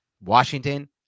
Washington